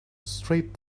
straight